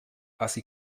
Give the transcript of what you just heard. así